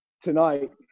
tonight